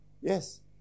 Yes